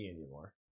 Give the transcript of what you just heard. anymore